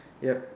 yup